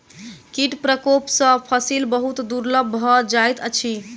कीट प्रकोप सॅ फसिल बहुत दुर्बल भ जाइत अछि